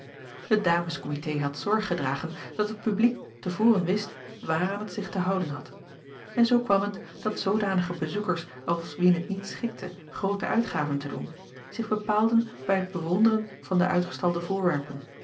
et ames komitee had zorg gedragen dat het publiek te voren wist waaraan het zich te houden had en zoo kwam het dat zoodanige bezoekers als wien het niet schikte groote uitgaven te doen zich bepaalden bij het bewonderen van de uitgestalde voorwerpen